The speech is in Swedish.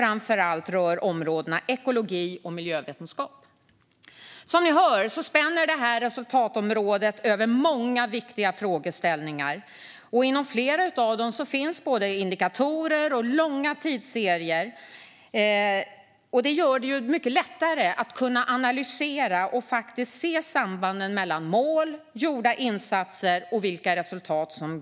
Framför allt rör de områdena ekologi och miljövetenskap. Som ni hör spänner resultatområdet över många viktiga frågeställningar. Inom flera av dessa finns både indikatorer och långa tidsserier redovisade, vilket gör att det blir mycket lättare att analysera och se samband mellan mål, gjorda insatser och resultat.